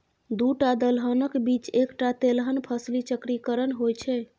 दूटा दलहनक बीच एकटा तेलहन फसली चक्रीकरण होए छै